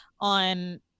on